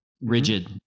rigid